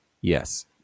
yes